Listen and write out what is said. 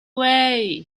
way